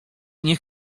nie